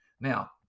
Now